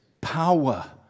power